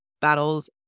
battles